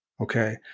Okay